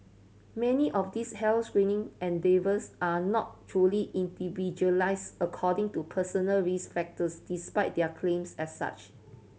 many of these health screening endeavours are not truly individualise according to personal risk factors despite their claims as such